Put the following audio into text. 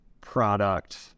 product